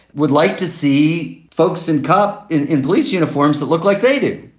would like to see folks in cop in in police uniforms that look like they do.